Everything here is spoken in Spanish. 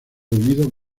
unidos